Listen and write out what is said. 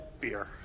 Beer